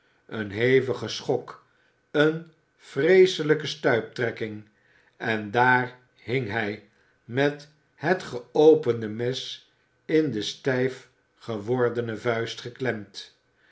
een hevige schok eene vreeselijke stuiptrekking en daar hing hij met het geopende mes in de stijfgewordene vuist geklemd